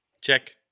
Check